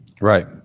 right